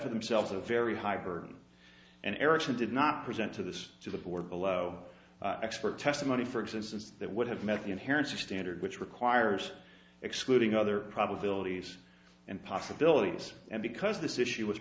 for themselves a very hyper and eriksson did not present to this to the floor below expert testimony for existence that would have met the inherent standard which requires excluding other probabilities and possibilities and because this issue was